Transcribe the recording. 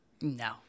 No